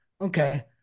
Okay